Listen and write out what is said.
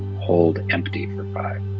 hold empty for five.